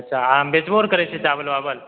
अच्छा अहाँ बेचबौ अर करै छियै चावल वावल